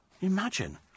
Imagine